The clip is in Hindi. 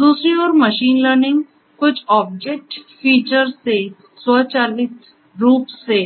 दूसरी ओर मशीन लर्निंग कुछ ऑब्जेक्ट फीचर से स्वचालित रूप से